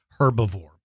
herbivore